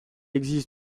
existe